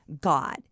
God